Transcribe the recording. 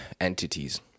entities